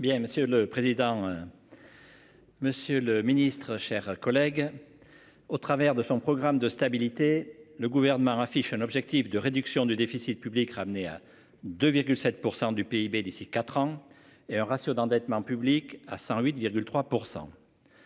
Monsieur le Président. Monsieur le Ministre, chers collègues. Au travers de son programme de stabilité, le gouvernement affiche un objectif de réduction du déficit public ramené à 2,7% du PIB d'ici 4 ans et un ratio d'endettement public à 108,3%.